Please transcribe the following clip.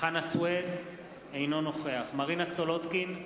חנא סוייד, אינו נוכח מרינה סולודקין,